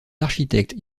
architectes